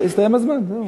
ועכשיו (אומר בערבית: בגלל העלבון שלך אני רוצה להמשיך בערבית).